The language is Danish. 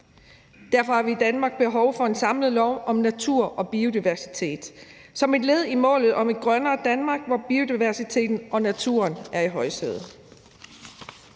derfor har vi i Danmark behov for en samlet lov om natur og biodiversitet som et led i målet om et grønnere Danmark, hvor biodiversiteten og naturen er i højsædet.